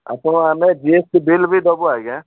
ଆପଣ ଆମେ G S T bill ବି ଦେବୁ ଆଜ୍ଞା